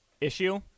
issue